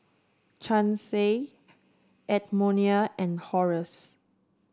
Chancey Edmonia and Horace